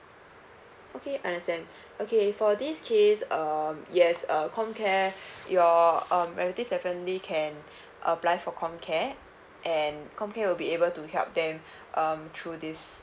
okay understand okay for this case um yes uh comcare your um relative definitely can apply for comcare and comcare will be able to help them um through this